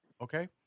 okay